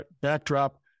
backdrop